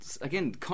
again